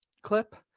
clip.